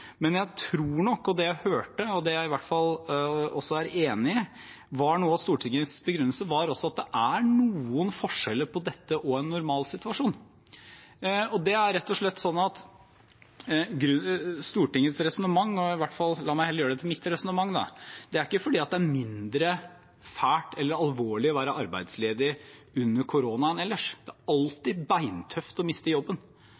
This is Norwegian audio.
men jeg tror nok – og det jeg hørte og i hvert fall er enig i at var noe av Stortingets begrunnelse – at det er noen forskjeller på dette og en normalsituasjon. Stortingets resonnement, eller la meg heller gjøre det til mitt resonnement, er at det er ikke fordi det er mindre fælt eller alvorlig å være arbeidsledig under koronaen enn ellers. Det er alltid beintøft å miste jobben.